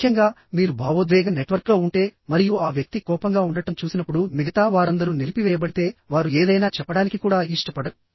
ముఖ్యంగా మీరు భావోద్వేగ నెట్వర్క్లో ఉంటే మరియు ఆ వ్యక్తి కోపంగా ఉండటం చూసినప్పుడు మిగతా వారందరూ నిలిపివేయబడితే వారు ఏదైనా చెప్పడానికి కూడా ఇష్టపడరు